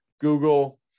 google